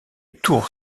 tour